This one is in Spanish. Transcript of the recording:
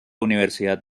universidad